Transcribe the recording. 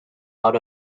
out